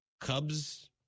Cubs